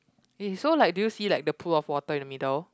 okay so like do you see like the pool of water in the middle